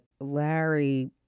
Larry